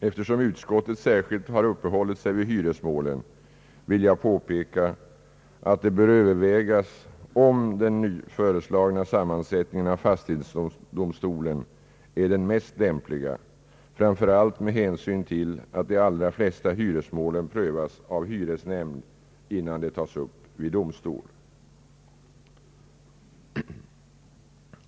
Eftersom utskottet särskilt har uppehållit sig vid hyresmålen, vill jag påpeka att det bör övervägas om den föreslagna sammansättningen av fastighetsdomstolen är den mest lämpliga, framför allt med hänsyn till att de allra flesta hyresmålen prövas av hyresnämnd innan de tas upp vid domstol.